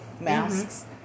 masks